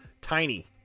tiny